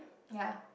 ya